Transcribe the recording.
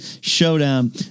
Showdown